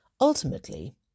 Ultimately